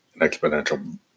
exponential